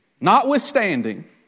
Notwithstanding